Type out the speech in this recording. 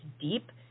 deep